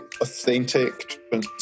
authentic